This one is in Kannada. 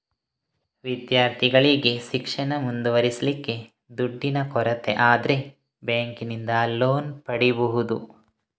ವಿದ್ಯಾರ್ಥಿಗಳಿಗೆ ಶಿಕ್ಷಣ ಮುಂದುವರಿಸ್ಲಿಕ್ಕೆ ದುಡ್ಡಿನ ಕೊರತೆ ಆದ್ರೆ ಬ್ಯಾಂಕಿನಿಂದ ಲೋನ್ ಪಡೀಬಹುದು